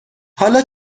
حالا